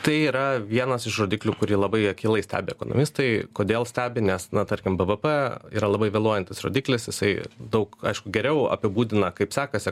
tai yra vienas iš rodiklių kurį labai akylai stebi ekonomistai kodėl stebi nes na tarkim bvp yra labai vėluojantis rodiklis jisai daug aišku geriau apibūdina kaip sekasi